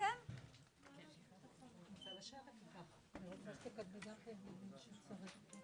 הישיבה ננעלה בשעה 11:16.